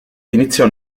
iniziò